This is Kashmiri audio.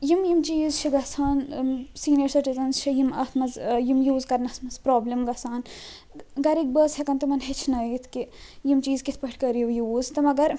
یم یم چیٖز چھِ گَژھان سیٖنیَر سِٹیٖزَنٕز چھِ یم اَتھ مَنٛز ٲں یم یوٗز کرنَس مَنٛز پرٛابلم گَژھان گھرٕکۍ بٲژ ہیٚکَن تِمَن ہیٚچھنٲیِتھ کہِ یم چیٖز کِتھ پٲٹھۍ کٔرِو یوٗز تہٕ مگر